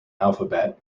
alphabet